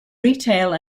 retail